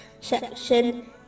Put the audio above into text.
section